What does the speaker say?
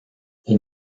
aux